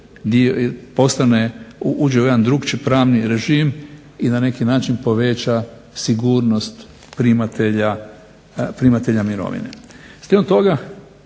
uđe u drukčiji pravni režim i na neki način poveća sigurnost primatelja mirovine.